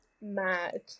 mad